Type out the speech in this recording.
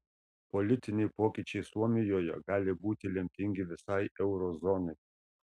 politiniai pokyčiai suomijoje gali būti lemtingi visai euro zonai